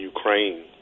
Ukraine